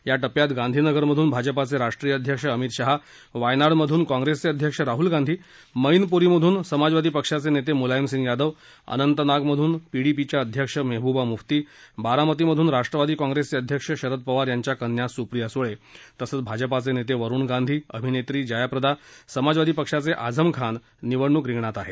या टप्प्यात गांधीनगरमधून भाजपा अध्यक्ष अमित शहा वायनाडमधून काँग्रेस अध्यक्ष राहुल गांधी मैनपूरीमधून समाजवादी पक्षाचे नेते मुलायमसिंग यादव अनंतनागमधून पीडीपी अध्यक्ष मेहबूबा मुफ्ती बारामतीमधून राष्ट्रवादी काँग्रेसचे अध्यक्ष शरद पवार यांच्या कन्या सुप्रिया सुळे तसंच भाजपानेते वरुण गांधी अभिनेत्री जयाप्रदा समाजवादी पक्षाचे आझम खान निवडणूक रिंगणात आहेत